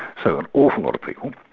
so an awful lot of people.